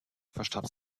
verstarb